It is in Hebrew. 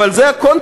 אבל זה הקונטקסט.